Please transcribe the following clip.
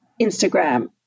Instagram